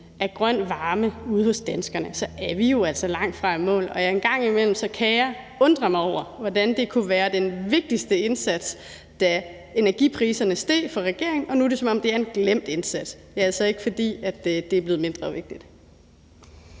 af grøn varme ude hos danskerne er vi jo altså langtfra i mål, og en gang imellem kan jeg undre mig over, hvordan det kunne være den vigtigste indsats for regeringen, da energipriserne steg, og nu er det, som om det er en glemt indsat, og det er altså ikke, fordi det er blevet mindre vigtigt.